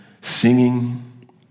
Singing